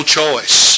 choice